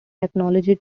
technology